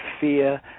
fear